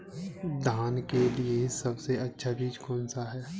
धान के लिए सबसे अच्छा बीज कौन सा है?